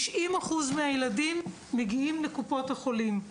90% מהילדים מגיעים לקופות החולים.